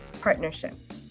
partnership